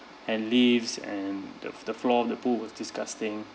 and leafs and the the floor of the pool was disgusting